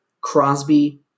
Crosby